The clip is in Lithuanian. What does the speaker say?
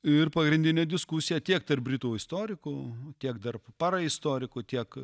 ir pagrindinė diskusija tiek tarp britų istorikų tiek tarp poraistorikų tiek